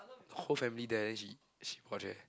whole family there then she she watch eh